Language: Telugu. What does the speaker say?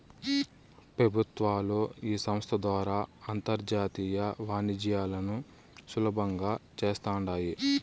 పెబుత్వాలు ఈ సంస్త ద్వారా అంతర్జాతీయ వాణిజ్యాలను సులబంగా చేస్తాండాయి